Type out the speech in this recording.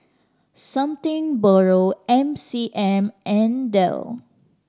Something Borrow M C M and Dell